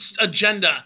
agenda